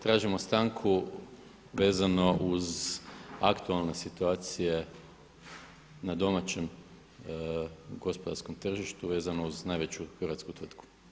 Tražimo stanku vezano uz aktualne situacije na domaćem gospodarskom tržištu vezano uz najveću hrvatsku tvrtku.